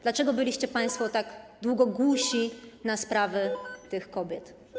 Dlaczego byliście państwo tak długo głusi na sprawy tych kobiet?